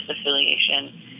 affiliation